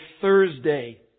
Thursday